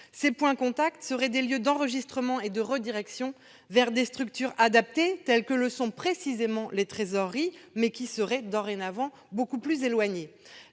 Ces points de contact seraient des lieux d'enregistrement et de redirection vers des structures adaptées, telles que le sont précisément les trésoreries, mais qui seraient dorénavant beaucoup plus éloignées.